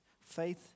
faith